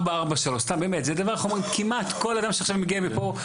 443. כמעט כל אדם שעכשיו מגיע מפה,